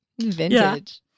vintage